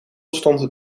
stond